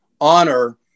honor